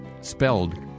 spelled